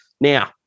Now